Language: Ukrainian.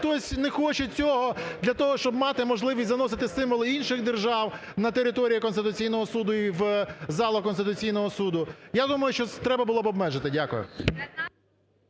хтось не хоче цього для того, щоб мати можливість заносити символи інших держав на територію Конституційного Суду і в залу Конституційного Суду. Я думаю, що це треба було б обмежити. Дякую.